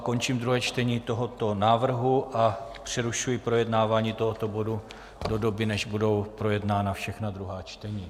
Končím druhé čtení tohoto návrhu a přerušuji projednávání tohoto bodu do doby, než budou projednána všechna druhá čtení.